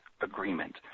agreement